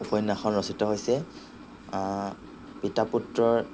উপন্যাসখন ৰচিত হৈছে পিতা পুত্ৰৰ